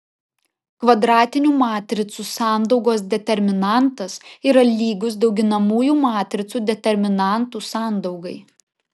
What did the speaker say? kvadratinių matricų sandaugos determinantas yra lygus dauginamųjų matricų determinantų sandaugai